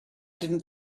didn’t